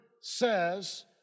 says